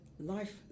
life